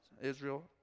Israel